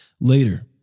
Later